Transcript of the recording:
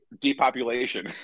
depopulation